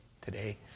today